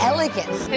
Elegance